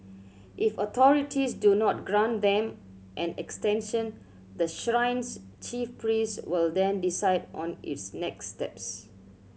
if authorities do not grant them an extension the shrine's chief priest will then decide on its next steps